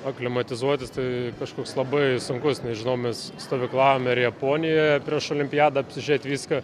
aklimatizuotis tai kažkoks labai sunkus nežinau mes stovyklavome ir japonijoje prieš olimpiadą apsižiūrėt viską